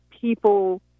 people